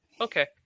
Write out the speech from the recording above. Okay